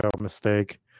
mistake